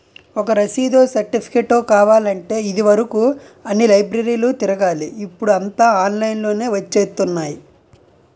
ఒక రసీదో, సెర్టిఫికేటో కావాలంటే ఇది వరుకు అన్ని లైబ్రరీలు తిరగాలి ఇప్పుడూ అంతా ఆన్లైన్ లోనే వచ్చేత్తున్నాయి